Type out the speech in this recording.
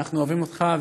אנחנו אוהבים אותך,